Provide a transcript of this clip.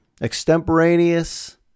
extemporaneous